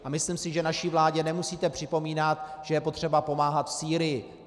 A myslím si, že naší vládě nemusíte připomínat, že je potřeba pomáhat v Sýrii.